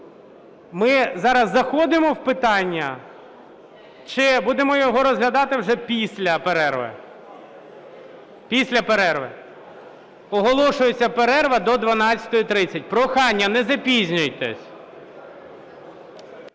Ми зараз заходимо в питання чи будемо його розглядати вже після перерви? Після перерви. Оголошується перерва до 12:30. Прохання, не запізнюйтесь.